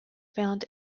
found